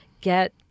get